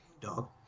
dog